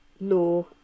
law